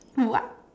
what